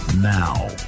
now